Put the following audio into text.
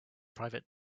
private